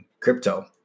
crypto